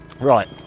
Right